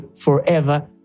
forever